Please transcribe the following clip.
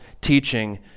teaching